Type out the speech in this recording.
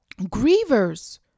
grievers